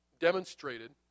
demonstrated